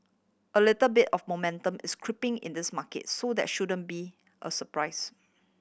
a little bit of momentum is creeping in this market so that shouldn't be a surprise